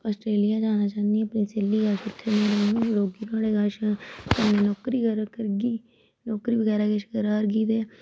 Australia जाना चाह्नी अपनी स्हेली कश उत्थे रौह्गी नुहाड़े कश कन्नै नौकरी करा करगी नौकरी बगैरा किश करा करगी ते